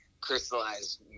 crystallized